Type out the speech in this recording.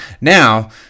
now